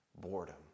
boredom